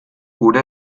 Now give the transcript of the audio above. gure